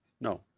No